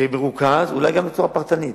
במרוכז ואולי גם בצורה פרטנית,